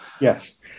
Yes